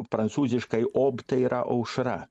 prancūziškai ob tai yra aušra